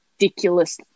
ridiculous